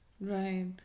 right